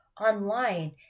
online